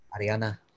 Ariana